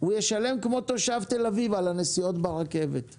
הוא ישלם על הנסיעות ברכבת כמו תושב תל אביב.